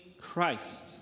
Christ